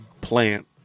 plant